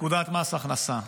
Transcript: פקודת מס הכנסה.